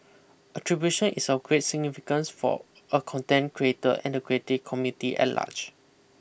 attribution is of great significance for a content creator and the creative community at large